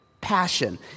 Passion